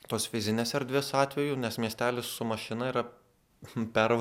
tos fizinės erdvės atveju nes miestelis su mašina yra pervažiuojas per kokias